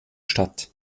stadt